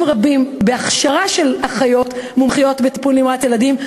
רבים בהכשרה של אחיות מומחיות בטיפול נמרץ ילדים,